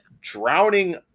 drowning